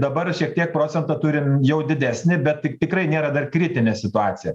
dabar šiek tiek procentą turim jau didesnį bet tai tikrai nėra dar kritinė situacija